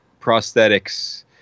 prosthetics